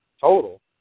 total